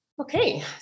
okay